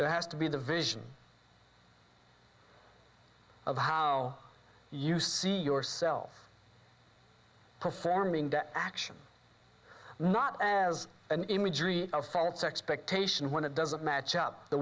it has to be the vision of how you see yourself performing that action not as an imagery of false expectation when it doesn't match up the